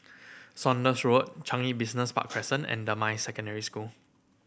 Saunders Road Changi Business Park Crescent and Damai Secondary School